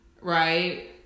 Right